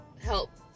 help